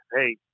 hey